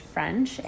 French